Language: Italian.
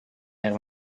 era